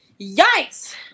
Yikes